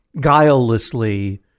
guilelessly